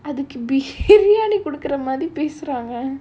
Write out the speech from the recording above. அதுக்கு:athukku biryani கொடுக்குற மாதிரி பேசுறான் அவன்:kodukura maadhiri pesuraan avan